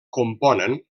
componen